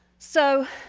so,